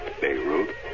Beirut